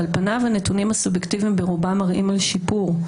על פניו הנתונים הסובייקטיביים ברובם מראים על שיפור,